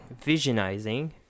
visionizing